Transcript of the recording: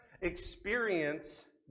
experience